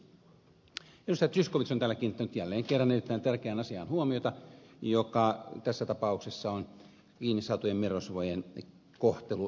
zyskowicz on täällä kiinnittänyt jälleen kerran huomiota erittäin tärkeään asiaan joka tässä tapauksessa on kiinni saatujen merirosvojen kohtelu ja käsittely